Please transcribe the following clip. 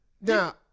Now